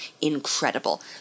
incredible